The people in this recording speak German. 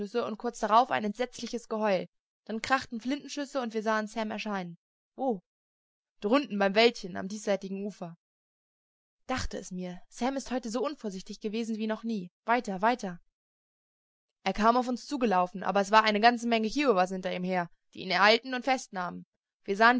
und kurz darauf ein entsetzliches geheul dann krachten flintenschüsse und wir sahen sam erscheinen wo drunten beim wäldchen am diesseitigen ufer dachte es mir sam ist heut so unvorsichtig gewesen wie noch nie weiter weiter er kam auf uns zugelaufen aber es war eine ganze menge kiowas hinter ihm her die ihn ereilten und festnahmen wir sahen